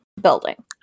building